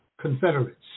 Confederates